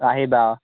আহিবা অ